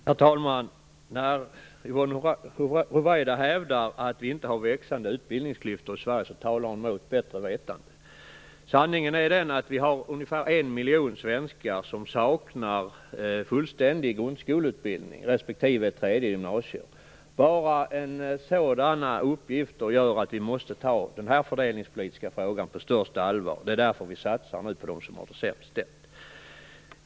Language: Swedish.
Herr talman! När Yvonne Ruwaida hävdar att vi inte har växande utbildningsklyftor i Sverige talar hon mot bättre vetande. Sanningen är den att vi har ungefär en miljon svenskar som saknar fullständig grundskoleutbildning respektive ett tredje gymnasieår. Sådana uppgifter gör att vi måste ta den här fördelningspolitiska frågan på största allvar. Det är därför vi nu satsar på dem som har det sämst ställt.